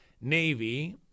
Navy